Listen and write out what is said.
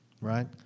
right